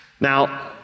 Now